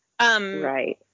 Right